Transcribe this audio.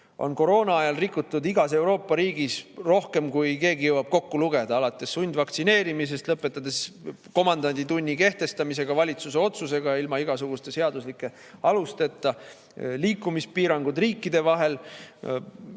on koroonaajal rikutud igas Euroopa riigis rohkem, kui keegi jõuab kokku lugeda, alates sundvaktsineerimisest, lõpetades komandanditunni kehtestamisega valitsuse otsusega ilma igasuguste seaduslike alusteta, liikumispiirangud riikide vahel